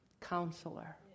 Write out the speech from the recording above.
Counselor